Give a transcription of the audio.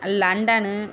London